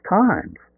times